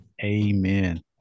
Amen